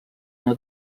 una